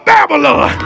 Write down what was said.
Babylon